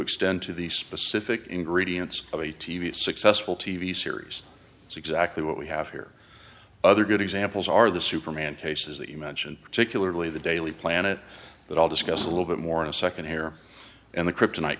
extend to the specific ingredients of a t v a successful t v series it's exactly what we have here other good examples are the superman cases that you mentioned particularly the daily planet that i'll discuss a little bit more in a second here and the kryptoni